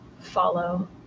follow